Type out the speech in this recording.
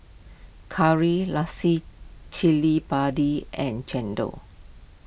Curry Cili Padi and Chendol